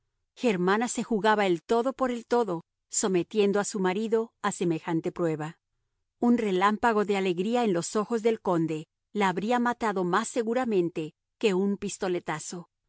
germana se jugaba el todo por el todo sometiendo a su marido a semejante prueba un relámpago de alegría en los ojos del conde la habría matado más seguramente que un pistoletazo